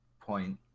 point